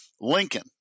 Lincoln